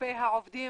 כלפי העובדים